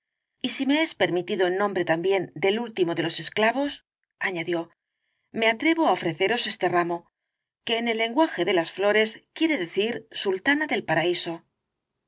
y si me es permitido en nombre también del último de los esclavos añadió me atrevo á ofreceros este ramo que en el lenguaje de las flores quiere decir sultana del paraíso